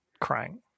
crying